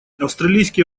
австралийские